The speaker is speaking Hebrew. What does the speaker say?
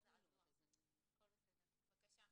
בבקשה.